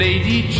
Lady